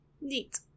Neat